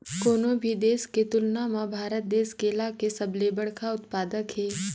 कोनो भी देश के तुलना म भारत देश केला के सबले बड़खा उत्पादक हे